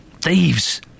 Thieves